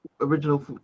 original